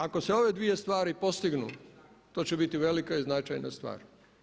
Ako se ove dvije stvari postignu to će biti velika i značajna stvar.